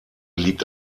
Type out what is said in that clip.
liegt